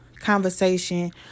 conversation